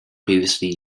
previously